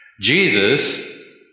Jesus